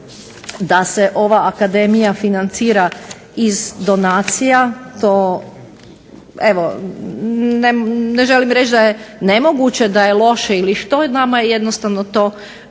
da se ova akademija financira iz donacija. To evo ne želim reći da je nemoguće, da je loše ili što, nama je jednostavno to